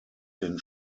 den